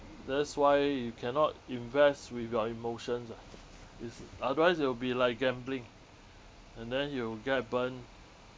that's why you cannot invest with your emotions ah is otherwise it'll be like gambling and then you'll get burned